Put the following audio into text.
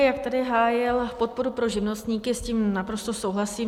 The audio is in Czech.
Jak tady hájil podporu pro živnostníky, s tím naprosto souhlasím.